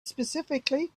specifically